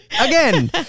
again